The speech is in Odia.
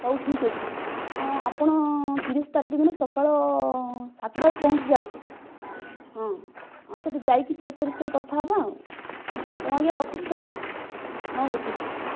ହେଉ ଠିକ ଅଛି ହଁ ଆପଣ ତିରିଶ ତାରିଖ ଦିନ ସକାଳ ସାତଟାରେ ପହଞ୍ଚି ଯାଆନ୍ତୁ ହଁ ହଁ ସେଠି ଯାଇକି ପଇସା ବିଷୟରେ କଥା ହେବା ଆଉ ହେଉ ଆଜ୍ଞା ରଖୁଛି ତା'ହେଲେ ହଁ ହେଉ ଠିକ ଅଛି